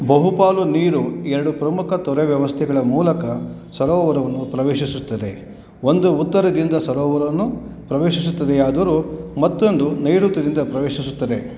ಬಹುಪಾಲು ನೀರು ಎರಡು ಪ್ರಮುಖ ತೊರೆ ವ್ಯವಸ್ಥೆಗಳ ಮೂಲಕ ಸರೋವರವನ್ನು ಪ್ರವೇಶಿಸುತ್ತದೆ ಒಂದು ಉತ್ತರದಿಂದ ಸರೋವರವನ್ನು ಪ್ರವೇಶಿಸುತ್ತದೆಯಾದರು ಮತ್ತೊಂದು ನೈಋತ್ಯದಿಂದ ಪ್ರವೇಶಿಸುತ್ತದೆ